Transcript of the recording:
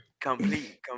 complete